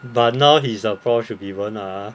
but now he's a prof should be won't lah ah